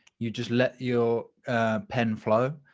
you just let your pen flow.